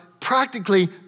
practically